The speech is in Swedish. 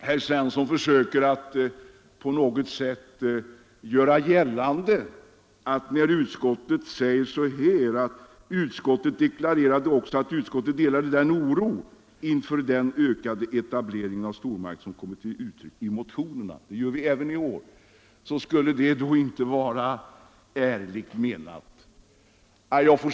Herr Svensson i Malmö försöker på något sätt göra gällande att när utskottsmajoriteten uttalar att vi i år liksom vid tidigare behandling av denna fråga delar den oro inför den ökade etableringen av stormarknader som kommit till uttryck i motionerna, så skulle det inte vara ärligt menat.